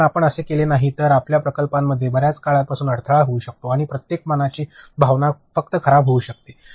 कारण आपण असे केले नाही तर आपल्या प्रकल्पांमध्ये बर्याच काळापासून अडथळा येऊ शकतो आणि प्रत्येकाच्या मनाची भावना फक्त खराब होऊ शकते